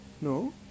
No